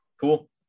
Cool